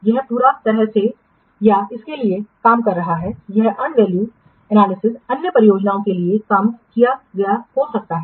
यह पूरी तरह से या इसके लिए काम कर सकता है यह अर्नड वैल्यू विश्लेषण अन्य परियोजनाओं के लिए काम किया गया हो सकता है